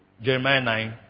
Jeremiah